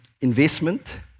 investment